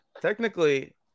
Technically